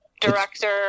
director